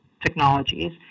technologies